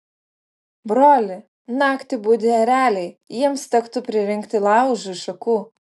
broli naktį budi ereliai jiems tektų pririnkti laužui šakų